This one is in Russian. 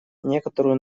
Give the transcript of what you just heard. некоторую